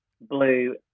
blue